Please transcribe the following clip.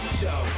Show